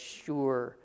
sure